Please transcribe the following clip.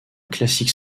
classique